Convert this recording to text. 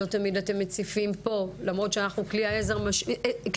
לא תמיד אתם מציפים פה למרות שאנחנו כלי עזר משמעותי